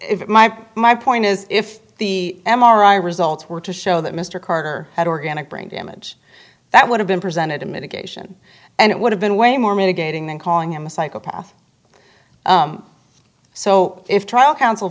if my my point is if the m r i results were to show that mr carter had organic brain damage that would have been presented in mitigation and it would have been way more mitigating than calling him a psychopath so if trial counsel